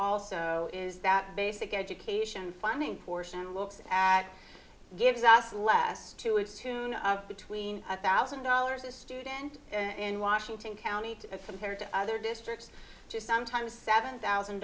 also is that basic education funding portion looks at gives us less to its tune between one thousand dollars a student in washington county to compared to other districts sometimes seven thousand